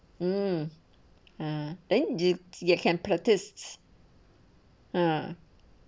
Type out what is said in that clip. um ah then you can practice ah